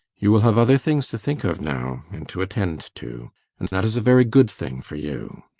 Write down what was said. you will have other things to think of now, and to attend to and that is a very good thing for you.